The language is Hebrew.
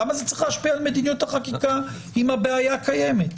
למה זה צריך להשפיע על מדיניות החקיקה אם הבעיה קיימת?